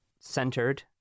centered